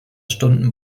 stunden